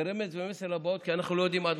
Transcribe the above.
זה רמז ומסר לבאות כי אנחנו לא יודעים עד